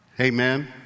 Amen